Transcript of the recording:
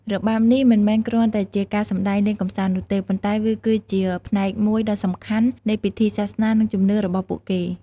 របាំនេះមិនមែនគ្រាន់តែជាការសម្តែងលេងកម្សាន្តនោះទេ ប៉ុន្តែវាគឺជាផ្នែកមួយដ៏សំខាន់នៃ ពិធីសាសនា និងជំនឿ របស់ពួកគេ។